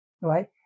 right